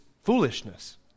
foolishness